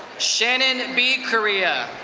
shannon b. correa.